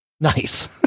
Nice